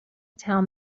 town